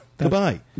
goodbye